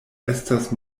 estas